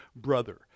brother